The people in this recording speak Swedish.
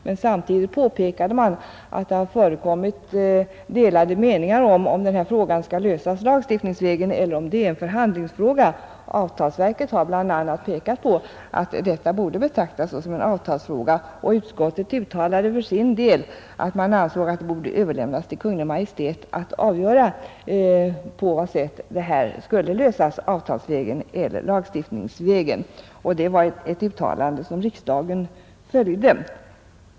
Men samtidigt påpekades att det förekommit delade meningar huruvida frågan borde lösas lagstiftningsvägen eller avtalsvägen. Bl. a. avtalsverket har framhållit att detta borde betraktas som en avtalsfråga, och utskottet uttalade för sin del att det borde överlämnas till Kungl. Maj:t att avgöra på vad sätt frågan skulle lösas — avtalsvägen eller förhandlingsvägen. Detta uttalande antogs av riksdagen.